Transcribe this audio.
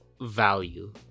value